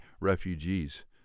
refugees